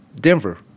Denver